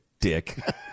dick